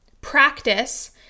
practice